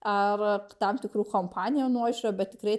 ar tam tikrų kompanijų nuožiūra bet tikrai